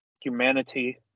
humanity